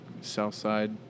Southside